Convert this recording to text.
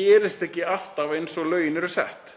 gerast hlutirnir ekki alltaf eins og lögin eru sett.